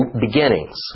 beginnings